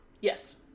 Yes